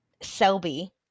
Selby